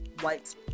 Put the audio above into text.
white